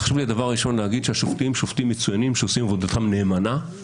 חשוב לי להגיד שהשופטים שופטים מצוינים שעושים עבודתם נאמנה כי